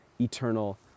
eternal